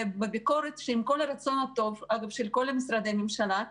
שעם כל הרצון הטוב של כל משרדי הממשלה,